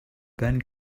ben